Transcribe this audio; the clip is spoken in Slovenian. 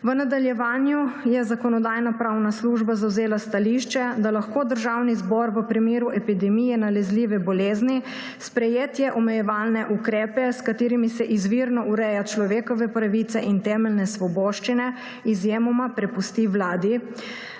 V nadaljevanju je Zakonodajno-pravna služba zavzela stališče, da lahko Državni zbor v primeru epidemije nalezljive bolezni sprejetje omejevalnih ukrepov, s katerimi se izvirno ureja človekove pravice in temeljne svoboščine, izjemoma prepusti Vladi,